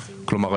כלומר,